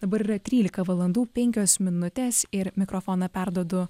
dabar yra trylika valandų penkios minutės ir mikrofoną perduodu